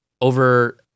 over